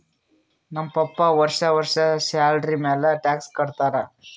ನಮ್ ಪಪ್ಪಾ ವರ್ಷಾ ವರ್ಷಾ ಸ್ಯಾಲರಿ ಮ್ಯಾಲ ಟ್ಯಾಕ್ಸ್ ಕಟ್ಟತ್ತಾರ